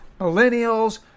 Millennials